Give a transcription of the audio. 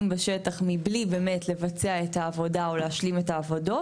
בשטח מבלי באמת לבצע או להשלים את העבודות.